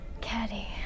caddy